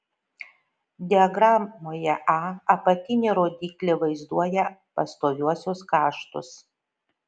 diagramoje a apatinė rodyklė vaizduoja pastoviuosius kaštus